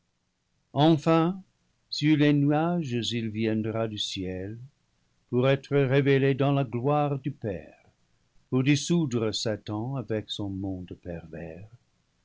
enfin sur les nuages il viendra du ciel pour être révélé dans la gloire du père pour dissoudre satan avec son monde pervers